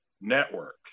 network